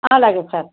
అలాగే సార్